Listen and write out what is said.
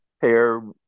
hair